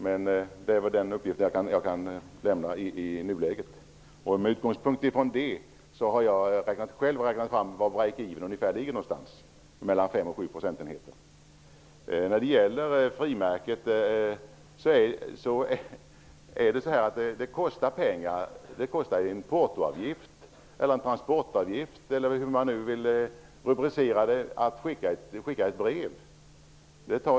Men detta är alltså den uppgift jag kan lämna nu. Utifrån dessa siffror har jag själv räknat ut att ''break even'' ligger på mellan fem och sju procentenheter. När man skickar ett brev får man betala en portoavgift eller en transportavgift, beroende på hur man vill rubricera den.